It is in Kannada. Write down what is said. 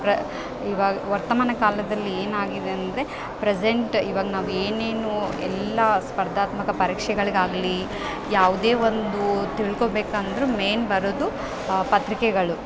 ಪ್ರ ಇವಾಗ ವರ್ತಮಾನ ಕಾಲದಲ್ಲಿ ಏನಾಗಿದೆ ಅಂದರೆ ಪ್ರೆಸೆಂಟ್ ಇವಾಗ ನಾವು ಏನೇನು ಎಲ್ಲಾ ಸ್ಪರ್ಧಾತ್ಮಕ ಪರೀಕ್ಷೆಗಳ್ಗಾಗಲಿ ಯಾವುದೇ ಒಂದು ತಿಳ್ಕೊಬೇಕಂದರೂ ಮೇನ್ ಬರೋದು ಪತ್ರಿಕೆಗಳು